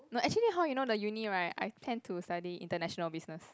no actually how you know the uni right I intend to study International Business